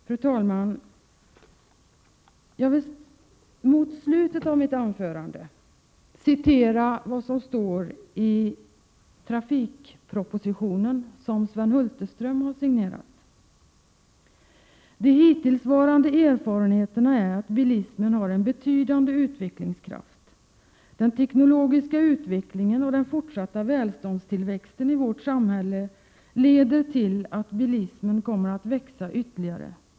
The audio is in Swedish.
Fru talman! Jag vill mot slutet av mitt anförande läsa upp vad som står i den trafikproposition som Sven Hulterström här signerat: De hittillsvarande erfarenheterna är att bilismen har en betydande utvecklingskraft. Den teknologiska utvecklingen och den fortsatta välståndstillväxten i vårt samhälle leder till att bilismen kommer att växa ytterligare.